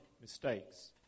mistakes